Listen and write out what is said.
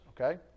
Okay